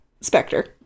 Spectre